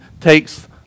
takes